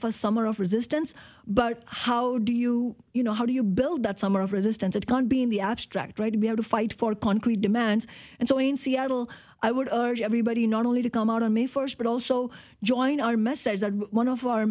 a summer of resistance but how do you you know how do you build that summer of resistance it can be in the abstract right to be able to fight for concrete demands and so in seattle i would urge everybody not only to come out on may first but also join our message that one of our